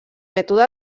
mètode